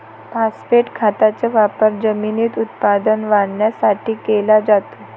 phosphate खताचा वापर जमिनीत उत्पादन वाढवण्यासाठी केला जातो